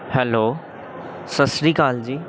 hello ਸਤਿ ਸ਼੍ਰੀ ਅਕਾਲ ਜੀ